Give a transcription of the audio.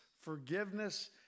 forgiveness